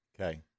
Okay